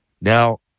Now